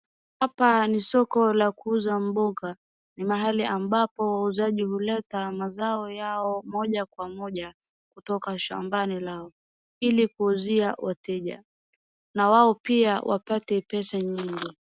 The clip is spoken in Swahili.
Hapa ni soko la kuuza mboga. Ni mahali ambapo wauzaji huleta mazao yao moja kwa moja kutoka shambani lao, ili kuuzia wateja na wao pia wapate pesa nyingi.